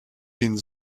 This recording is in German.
dient